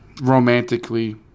romantically